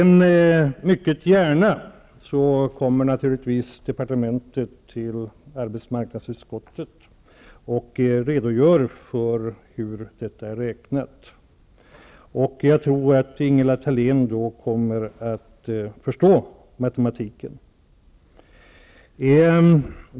Naturligtvis kommer arbetsmarknadsdeparte mentet mycket gärna till arbetsmarknadsutskottet för att redogöra för hur detta är räknat. Jag tror att Ingela Thalén då kommer att förstå matemati ken.